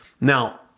Now